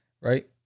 right